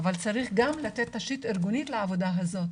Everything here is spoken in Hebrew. אבל צריך גם לתת רשות ארגונית לעבודה הזאת.